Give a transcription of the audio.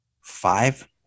five